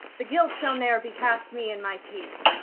the guilt shall never be cast me in my teeth.